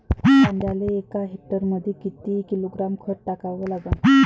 कांद्याले एका हेक्टरमंदी किती किलोग्रॅम खत टाकावं लागन?